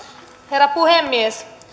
herra puhemies